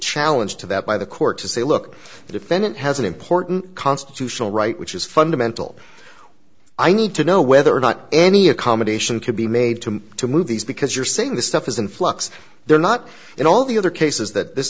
challenge to that by the court to say look the defendant has an important constitutional right which is fundamental i need to know whether or not any accommodation could be made to move these because you're saying the stuff is in flux they're not in all the other cases that this